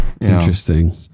Interesting